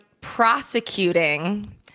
prosecuting